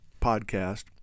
podcast